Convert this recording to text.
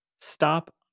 stop